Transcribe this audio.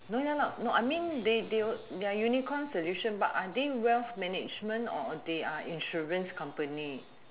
no you know no I mean they they they are unicorn solution but are they wealth management or are they are insurance company